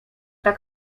tak